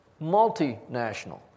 multinational